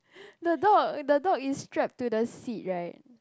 eh the dog the dog is strap to the seat right